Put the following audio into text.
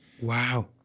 Wow